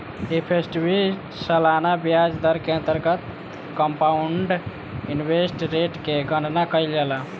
effective सालाना ब्याज दर के अंतर्गत कंपाउंड इंटरेस्ट रेट के गणना कईल जाला